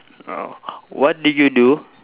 oh what do you do